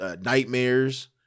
nightmares